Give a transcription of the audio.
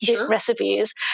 recipes